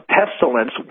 pestilence